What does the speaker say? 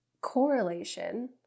correlation